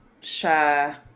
share